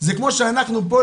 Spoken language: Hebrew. זה כמו שאנחנו פה,